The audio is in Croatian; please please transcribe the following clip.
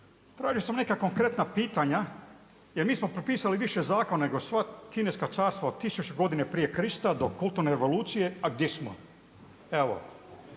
Tražio sam neka konkretna pitanja, jer mi smo potpisali više zakona nego sva kineska carstva od 1000 godine pr.Kr. do kulturne evolucije, a gdje smo? Evo